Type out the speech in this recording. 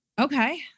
Okay